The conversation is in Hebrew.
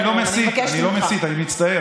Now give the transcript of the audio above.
אני מבקשת.